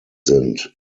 sind